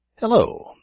Hello